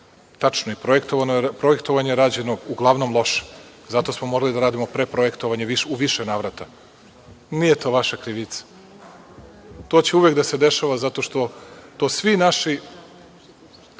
Tačno, projektovanje je rađeno uglavnom loše zato smo morali da radimo preprojektovanje u više navrata. Nije to vaša krivica. To će uvek da se dešava zato što to svi naši,